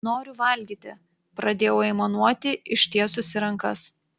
noriu valgyti pradėjau aimanuoti ištiesusi rankas